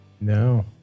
No